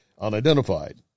unidentified